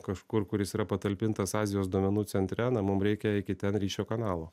kažkur kur jis yra patalpintas azijos duomenų centre na mum reikia iki ten ryšio kanalo